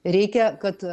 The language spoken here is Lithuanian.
reikia kad